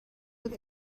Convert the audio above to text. بود